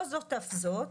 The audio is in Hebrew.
לא זאת אף זאת,